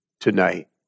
tonight